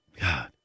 God